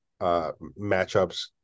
matchups